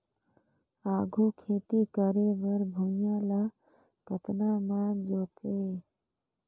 आघु खेती करे बर भुइयां ल कतना म जोतेयं?